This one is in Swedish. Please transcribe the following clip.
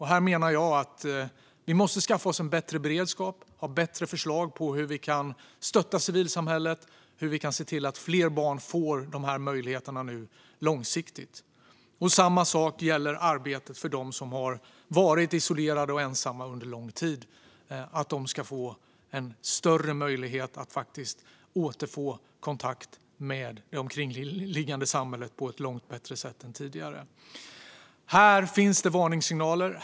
Här menar jag att vi måste skaffa oss en bättre beredskap. Vi måste ha bättre förslag på hur vi kan stötta civilsamhället och se till att fler barn nu får de här möjligheterna långsiktigt. Samma sak gäller arbetet för att de som har varit isolerade och ensamma under lång tid ska få en större möjlighet att återfå kontakt med det omkringliggande samhället på ett långt bättre sätt än tidigare. Här finns det varningssignaler.